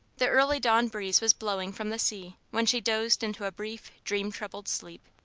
the early dawn breeze was blowing from the sea when she dozed into a brief, dream-troubled sleep.